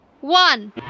one